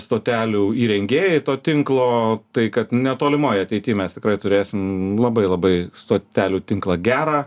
stotelių įrengėjai to tinklo tai kad netolimoj ateity mes tikrai turėsim labai labai stotelių tinklą gerą